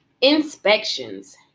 Inspections